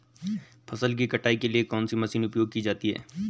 फसल की कटाई के लिए कौन सी मशीन उपयोग की जाती है?